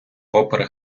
попри